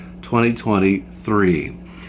2023